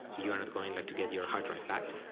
you're not going like to get your hard drive back.